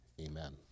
Amen